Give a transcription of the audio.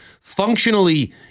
functionally